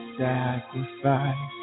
sacrifice